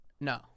No